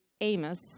Amos